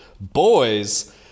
Boys